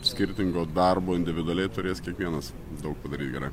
skirtingo darbo individualiai turės kiekvienas daug padaryt gerai